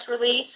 release